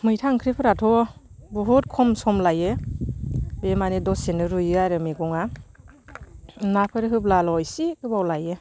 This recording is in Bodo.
मैथा ओंख्रिफोराथ' बहुद खम सम लायो बे माने दसेनो रुयो आरो मैगङा नाफोर होब्लाल' एसे गोबाव लायो